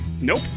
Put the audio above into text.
Nope